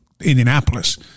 Indianapolis